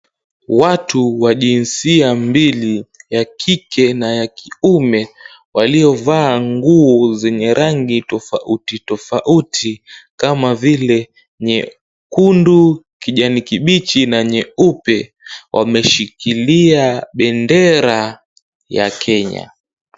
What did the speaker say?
Watu wa jinsia mbili ya kike na ya kiume waliovaa nguo zenye rangi tofauti tofauti kama vile nyekundu, kijani kibichi na nyeupe wameshikilia bendera ya Kenya.